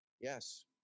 Yes